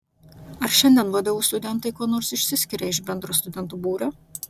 ar šiandien vdu studentai kuo nors išsiskiria iš bendro studentų būrio